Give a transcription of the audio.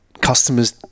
customers